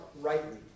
rightly